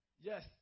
yes